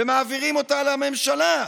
ומעבירים אותה לממשלה,